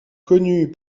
connu